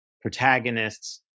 protagonists